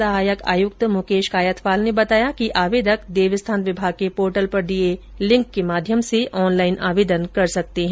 सहायक आयुक्त मुकेश कायथवाल ने बताया कि आवेदक देवस्थान विभाग के पोर्टल पर दिए लिंक के माध्यम से ऑनलाइन आवेदन कर सकते है